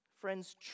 Friends